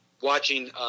watching –